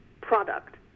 product